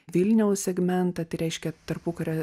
vilniaus segmentas reiškia tarpukario